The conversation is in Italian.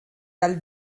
dal